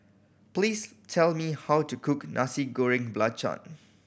please tell me how to cook Nasi Goreng Belacan